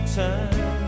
time